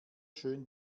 schön